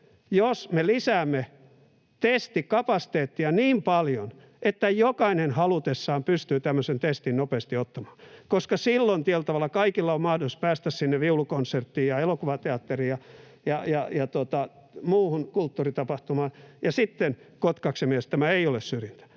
jos me lisäämme testikapasiteettia niin paljon, että jokainen halutessaan pystyy tämmöisen testin nopeasti ottamaan, koska silloin tietyllä tavalla kaikilla on mahdollisuus päästä sinne viulukonserttiin ja elokuvateatteriin ja muuhun kulttuuritapahtumaan — sitten Kotkaksen mielestä tämä ei ole syrjintää